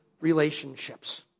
relationships